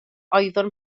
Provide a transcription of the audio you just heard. oeddwn